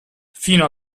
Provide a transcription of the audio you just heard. fino